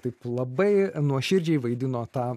taip labai nuoširdžiai vaidino tą